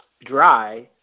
dry